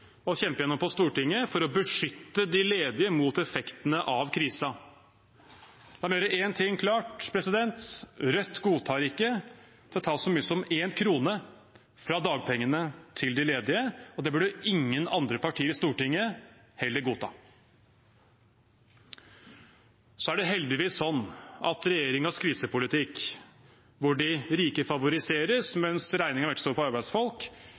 å kjempe gjennom på Stortinget for å beskytte de ledige mot effektene av krisen. La meg gjøre én ting klart: Rødt godtar ikke at det tas så mye som én krone fra dagpengene til de ledige, og det burde ingen andre partier i Stortinget heller godta. Det er heldigvis sånn at regjeringens krisepolitikk, hvor de rike favoriseres mens regningen veltes over på arbeidsfolk,